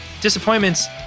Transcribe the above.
Disappointments